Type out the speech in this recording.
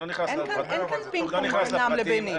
אני לא נכנס לפרטים.